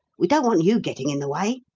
we don't want you getting in the way.